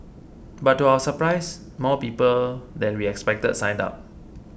but to our surprise more people than we expected signed up